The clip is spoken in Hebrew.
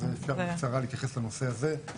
אז אפשר בקצרה להתייחס לנושא הזה.